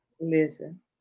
Listen